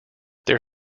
there